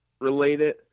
related